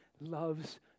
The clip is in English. loves